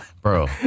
Bro